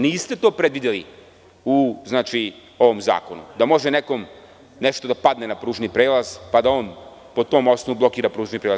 Niste to predvideli u ovom zakonu da može nekom nešto da padne na kružni prelaz, pa da on po tom osnovu blokira pružni prelaz?